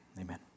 Amen